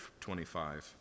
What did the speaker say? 25